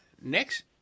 next